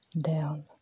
down